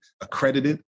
accredited